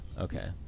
okay